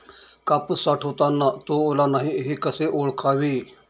कापूस साठवताना तो ओला नाही हे कसे ओळखावे?